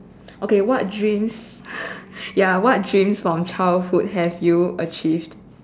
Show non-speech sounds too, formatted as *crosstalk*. okay what dreams *laughs* ya what dreams from childhood have you achieved